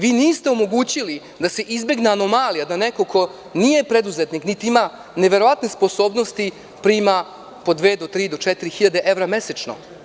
Vi niste omogućili da se izbegne anomalija da neko ko nije preduzetnik, niti ima neverovatne sposobnosti po dve, tri do četiri hiljade evra mesečno.